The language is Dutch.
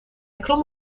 klom